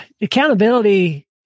Accountability